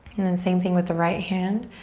and then same thing with the right hand.